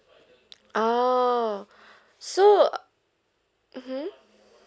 orh so mmhmm